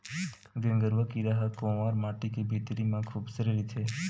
गेंगरूआ कीरा ह कोंवर माटी के भितरी म खूसरे रहिथे